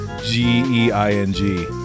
G-E-I-N-G